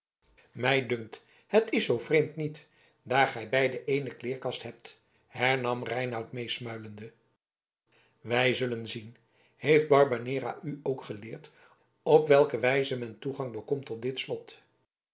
mij dunkt het is zoo vreemd niet daar gij beiden ééne kleerkas hebt hernam reinout meesmuilende wij zullen zien heeft barbanera u ook geleerd op welke wijze men toegang bekomt tot dit slot